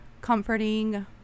comforting